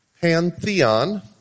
Pantheon